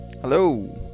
hello